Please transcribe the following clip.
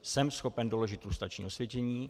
Jsem schopen doložit lustrační osvědčení.